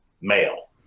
male